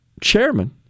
chairman